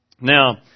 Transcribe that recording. Now